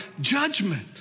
judgment